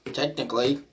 technically